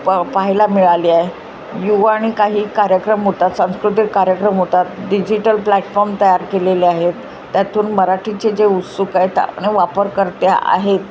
प पाहायला मिळाली आहे युवा आणि काही कार्यक्रम होतात सांस्कृतिक कार्यक्रम होतात डिजिटल प्लॅटफॉर्म तयार केलेले आहेत त्यातून मराठीचे जे उत्सुक आहेत त्याने वापर करते आहेत